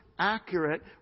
accurate